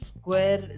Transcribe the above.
square